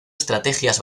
estrategias